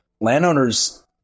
landowners